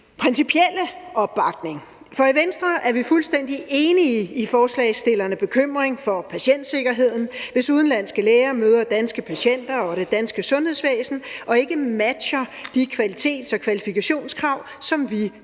principielle opbakning. For i Venstre er vi fuldstændig enige i forslagsstillernes bekymring for patientsikkerheden, hvis udenlandske læger møder danske patienter og det danske sundhedsvæsen og ikke matcher de kvalitets- og kvalifikationskrav, som vi